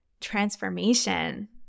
transformation